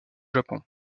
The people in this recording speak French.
japon